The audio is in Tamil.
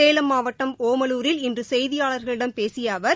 சேலம் மாவட்டம் ஒமலூரில் இன்று செய்தியாளர்களிடம் பேசிய அவர்